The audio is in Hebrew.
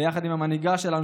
ויחד עם המנהיגה שלנו,